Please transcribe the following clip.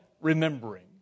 remembering